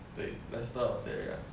对 lester of serie R